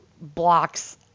blocks